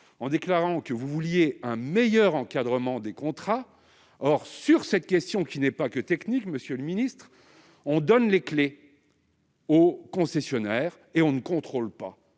en déclarant que vous vouliez un meilleur encadrement des contrats. Pourtant, sur cette question qui n'est pas que technique, on donne les clés au concessionnaire et on ne le contrôle pas.